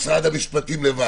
ברור, משהו של משרד המשפטים לבד.